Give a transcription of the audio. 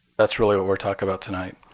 that's really what we're talking about tonight.